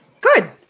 Good